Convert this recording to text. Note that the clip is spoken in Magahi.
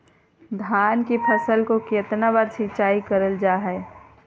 धान की फ़सल को कितना बार सिंचाई करल जा हाय?